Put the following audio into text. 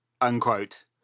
unquote